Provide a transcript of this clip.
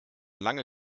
lange